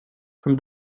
from